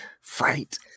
fight